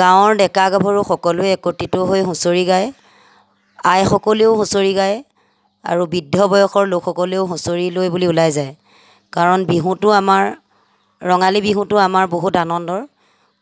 গাঁৱৰ ডেকা গাভৰু সকলোৱে একত্ৰিত হৈ হুঁচৰি গায় আই সকলেও হুঁচৰি গায় আৰু বৃদ্ধ বয়সৰ লোকসকলেও হুঁচৰিলৈ বুলি ওলাই যায় কাৰণ বিহুটো আমাৰ ৰঙালী বিহুটো আমাৰ বহুত আনন্দৰ